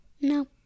No